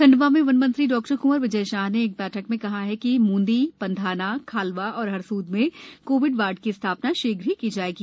खंडवा में वन मंत्री डॉ क्वर विजय शाह ने एक बैठक में कहा कि मूंदी पंधाना खालवा और हरसूद में कोविड वार्ड की स्थापना शीघ्र ही की जायेगी